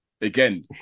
Again